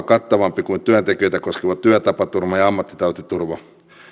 kattavampi kuin työntekijöitä koskeva työtapaturma ja ammattitautiturva